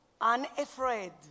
unafraid